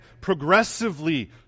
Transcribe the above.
progressively